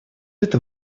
это